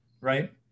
right